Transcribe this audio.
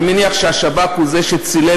אני מניח שהשב"כ הוא שצילם